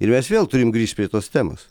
ir mes vėl turim grįžti prie tos temos